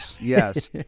Yes